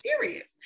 serious